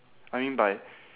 I mean by